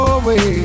away